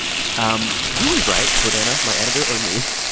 um who is right jordana, my editor, or me?